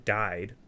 died